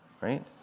right